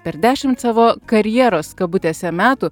per dešimt savo karjeros kabutėse metų